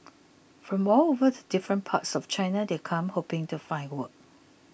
from all over the different parts of China they'd come hoping to find work